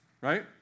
right